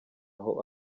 aho